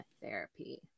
therapy